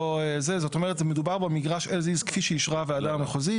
זאת אומרת מדובר במגרש as is כפי שאישרה הוועדה המחוזית,